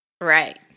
right